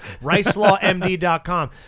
RicelawMD.com